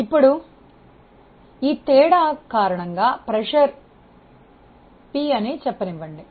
ఇప్పుడు ఈ తేడా కారణంగా ఒత్తిడి p అని చెప్పనివ్వండి